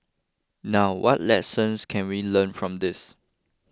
now what lessons can we learn from this